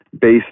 based